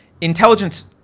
intelligence